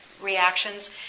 reactions